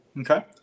Okay